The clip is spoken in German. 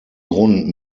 grund